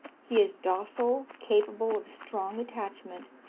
he is docile, capable of strong attachment,